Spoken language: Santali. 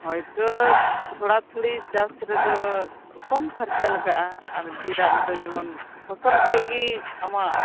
ᱟᱫᱚ ᱛᱷᱚᱲᱟ ᱛᱷᱩᱲᱤ ᱪᱟᱥ ᱨᱮᱫᱚ ᱠᱚᱢ ᱠᱷᱚᱨᱪᱟ ᱢᱮᱱᱟᱜᱼᱟ ᱟᱨ ᱰᱷᱮᱨᱟᱜ ᱨᱮᱫᱚ ᱯᱷᱚᱥᱚᱞ ᱠᱷᱚᱡ ᱜᱮ ᱟᱢᱟᱜ ᱠᱷᱚᱨᱪᱟ ᱫᱚ